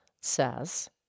says